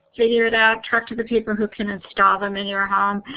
figure it out, talk to the people who can install them in your home.